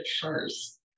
first